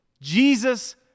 Jesus